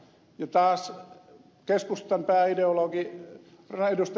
ja taas keskustan pääideologi ed